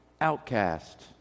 outcast